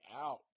out